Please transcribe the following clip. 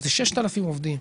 אבל זה 6,000 עובדים,